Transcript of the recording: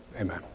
Amen